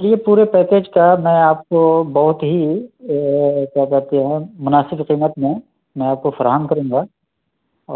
یہ پورے پیکج کا میں آپ کو بہت ہی کیا کہتے ہیں مناسب قیمت میں میں آپ کو فراہم کروں گا